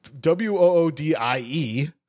w-o-o-d-i-e